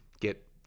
get